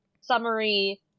summary